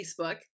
Facebook